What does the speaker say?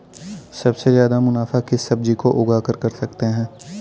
सबसे ज्यादा मुनाफा किस सब्जी को उगाकर कर सकते हैं?